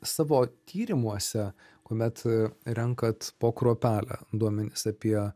savo tyrimuose kuomet a renkat po kruopelę duomenis apie